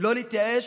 לא להתייאש,